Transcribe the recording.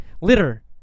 Litter